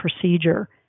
procedure